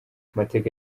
amateka